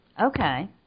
Okay